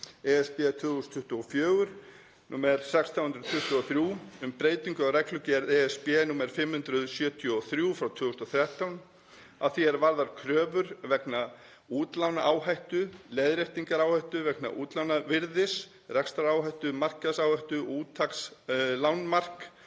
(ESB) 2024/1623 um breytingu á reglugerð (ESB) nr. 575/2013 að því er varðar kröfur vegna útlánaáhættu, leiðréttingaráhættu vegna útlánavirðis, rekstraráhættu, markaðsáhættu og úttakslágmark